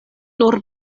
nur